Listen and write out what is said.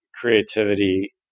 creativity